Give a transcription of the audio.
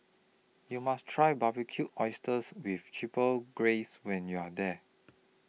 YOU must Try Barbecued Oysters with Chipotle Glaze when YOU Are here